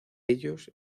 ellos